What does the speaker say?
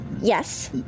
Yes